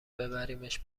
ببریمش